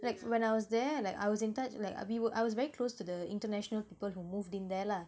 like when I was there like I was in touch like we wo~ I was very close to the international people who moved in there lah